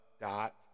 dot